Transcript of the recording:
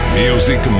music